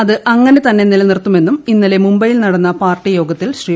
അത് അങ്ങനെ തന്നെ നില നിർത്തുമെന്നും ഇന്നലെ മുംബൈയിൽ നടന്ന പാർട്ടി യോഗത്തിൽ ശ്രീ